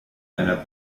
einer